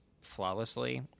flawlessly